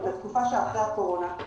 ואת התקופה שאחרי הקורונה.